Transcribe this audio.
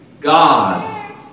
God